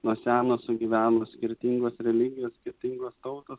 nuo seno sugyveno skirtingos religijos skirtingos tautos